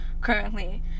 currently